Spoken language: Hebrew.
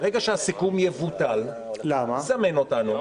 ברגע שהסיכום יבוטל, זמן אותנו,